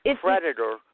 predator